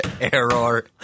error